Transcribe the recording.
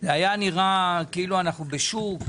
זה היה נראה כאילו אנחנו בשוק,